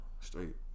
Straight